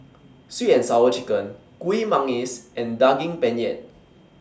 Sweet and Sour Chicken Kuih Manggis and Daging Penyet